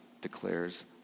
declares